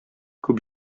күп